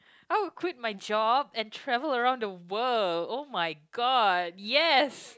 I would quit my job and travel around the world oh-my-god yes